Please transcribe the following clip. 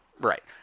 Right